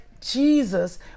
Jesus